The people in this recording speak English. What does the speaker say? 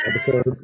episode